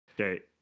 Okay